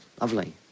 lovely